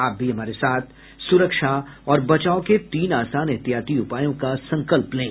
आप भी हमारे साथ सुरक्षा और बचाव के तीन आसान एहतियाती उपायों का संकल्प लें